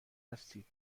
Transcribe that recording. هستید